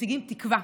מציגים תקווה,